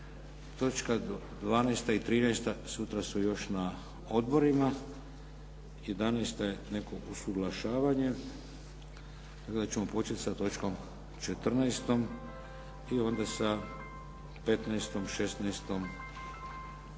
Točka 12. i 13. sutra su još na odborima. 11. je neko usuglašavanje, tako da ćemo početi sa točkom 14. i onda sa 15., 16. itd.